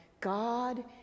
God